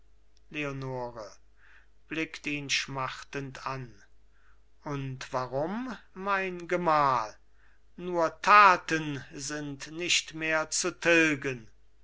leonore blickt ihn schmachtend an und warum mein gemahl nur taten sind nicht mehr zu tilgen